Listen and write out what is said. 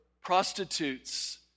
prostitutes